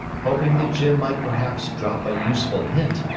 hoping that jim might perhaps drop a useful hint,